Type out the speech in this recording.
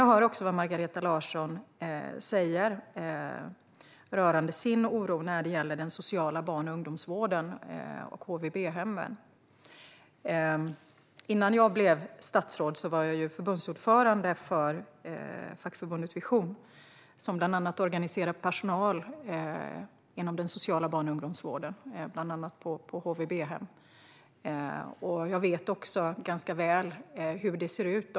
Jag hör vad Margareta Larsson säger rörande sin oro när det gäller den sociala barn och ungdomsvården och HVB-hemmen. Innan jag blev statsråd var jag förbundsordförande för fackförbundet Vision, som bland annat organiserar personal inom den sociala barn och ungdomsvården och bland annat på HVB-hem. Jag vet ganska väl hur det ser ut.